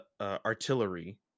artillery